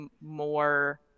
more